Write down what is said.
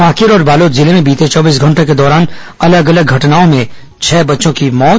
कांकेर और बालोद जिले में बीते चौबीस घंटों के दौरान अलग अलग घटनाओं में छह बच्चों की मौत